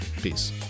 Peace